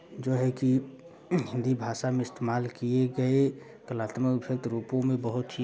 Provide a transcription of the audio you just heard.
जो है कि हिन्दी भाषा में इस्तेमाल किए गए कलात्मक शब्द रूपों में बहुत ही